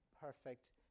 perfect